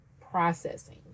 processing